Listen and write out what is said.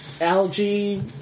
algae